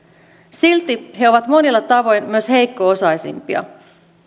silti he ovat monilla tavoin myös heikko osaisimpia